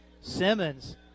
Simmons